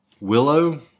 Willow